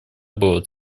было